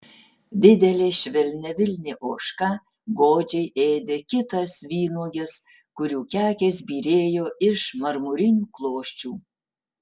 didelė švelniavilnė ožka godžiai ėdė kitas vynuoges kurių kekės byrėjo iš marmurinių klosčių